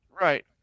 Right